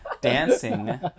dancing